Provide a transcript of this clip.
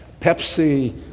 Pepsi